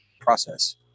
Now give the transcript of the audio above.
process